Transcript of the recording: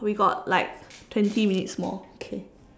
we got like twenty minutes more okay